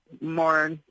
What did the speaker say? More